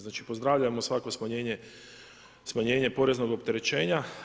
Znači, pozdravljamo svako smanjenje poreznog opterećenja.